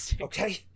okay